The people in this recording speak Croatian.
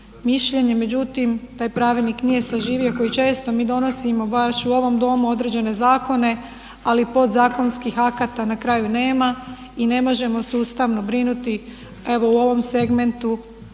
mišljenje, međutim taj pravilnik nije zaživio koji često mi donosimo baš u ovom domu određene zakone ali pod zakonskih akata na kraju nema i ne možemo sustavno brinuti evo u ovom segmentu